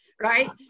right